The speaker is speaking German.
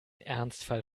ernstfall